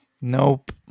Nope